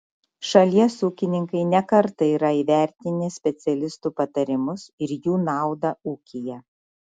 šalies ūkininkai ne kartą yra įvertinę specialistų patarimus ir jų naudą ūkyje